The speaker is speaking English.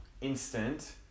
instant